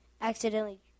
accidentally